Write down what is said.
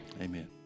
Amen